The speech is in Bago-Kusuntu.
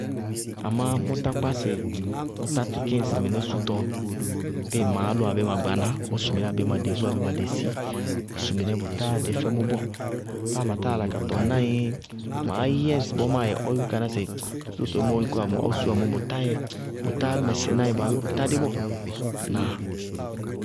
Amá mʋ tákpá sɩ, mʋ tá tíkí ŋsɩ mɩnɛ sútɔ bɔɔ. Bíɩ maálʋ abéé ma gbaná ɔ su mɩnɛ abéé ma devú, abéé ma dési ɔ su mɩnɛ, bʋ táa dé fɛmʋ bɔɔ. Báa ma táa yála ka tɔŋnaá ɩí maá yɛ ŋsɩbɔɔ máa yɛ na ɔ yúkú ka ná sɩ sútɔ toyémɔ ɔ yúkú wa mɔɔ ɔ súwa mɔɔ bʋtá yɛ, bʋtá mɛsɩná ɩ abéé bʋ tádé bɔɔ. Ŋnáa?